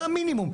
זה המינימום.